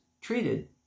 treated